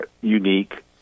unique